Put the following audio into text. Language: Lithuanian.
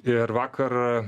ir vakar